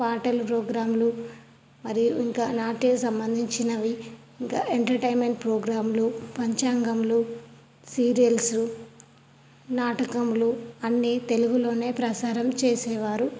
పాటలు ప్రోగ్రాంలు మరియు ఇంకా నాట్యం సంబంధించినవి ఇంకా ఎంటర్టైన్మెంట్ ప్రోగ్రాంలు పంచాంగాలు సీరియల్స్ నాటకాలు అన్నీ తెలుగులో ప్రసారం చేసేవారు